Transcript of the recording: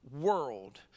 world